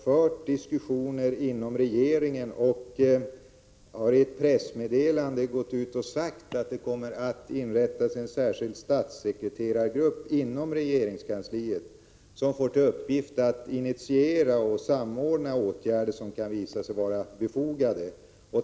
SÅ maj 1986 Regeringen har också i dag fört diskussioner om detta. Jag har i ett pressmeddelande sagt att en särskild statssekreterargrupp kommer att inrättas inom regeringskansliet med uppgift att initiera och samordna åtgärder som kan vara befogade.